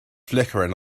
flickering